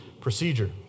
procedure